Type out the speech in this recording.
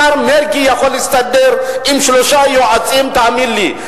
השר מרגי יכול להסתדר עם שלושה יועצים, תאמין לי.